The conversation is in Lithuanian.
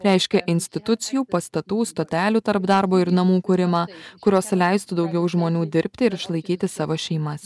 reiškia institucijų pastatų stotelių tarp darbo ir namų kūrimą kurios leistų daugiau žmonių dirbti ir išlaikyti savo šeimas